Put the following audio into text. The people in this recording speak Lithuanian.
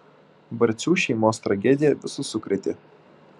barcių šeimos tragedija visus sukrėtė